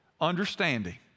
understanding